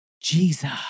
Jesus